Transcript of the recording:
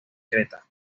creta